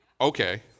Okay